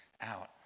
out